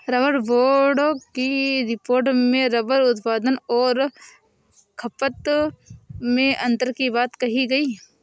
rubber board की report में rubber उत्पादन और खपत में अन्तर की बात कही गई